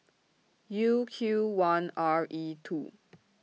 U Q one R E two